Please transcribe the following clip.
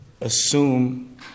assume